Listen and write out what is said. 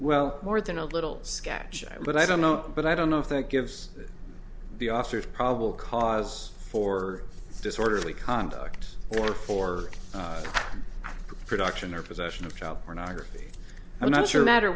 well more than a little sketch but i don't know but i don't know if that gives the officers probable cause for disorderly conduct or for production or possession of child pornography i'm not sure matter